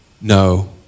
No